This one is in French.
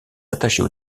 attachée